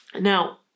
Now